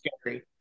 scary